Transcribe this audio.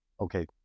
Okay